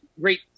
great